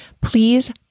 please